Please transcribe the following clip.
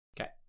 Okay